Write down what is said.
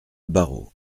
barreau